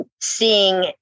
seeing